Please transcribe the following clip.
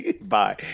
Bye